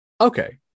Okay